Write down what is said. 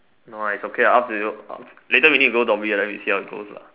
no ah it's okay up to you later we need to go Dhoby then we see how it goes lah